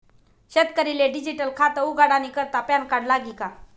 शेतकरीले डिजीटल खातं उघाडानी करता पॅनकार्ड लागी का?